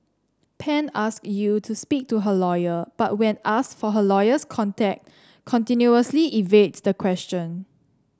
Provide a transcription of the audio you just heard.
Pan ask Yew to speak to her lawyer but when ask for her lawyer's contact continuously evades the question